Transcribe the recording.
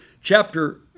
Chapter